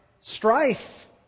strife